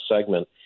segment